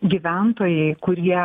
gyventojai kurie